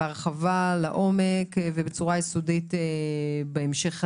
בהרחבה, לעומק, ובצורה יסודית בהמשך הדיונים.